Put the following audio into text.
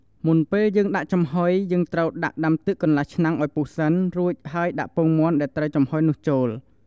មុនពេលយើងដាក់ចំហុយ យើងត្រូវដាក់ដាំទឹកកន្លះឆ្នាំងឲ្យពុះសិន រួចហើយដាក់ពងមាន់ដែលត្រូវចំហុយនោះចូល។